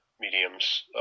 mediums